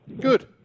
Good